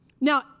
now